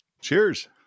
Cheers